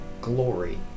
glory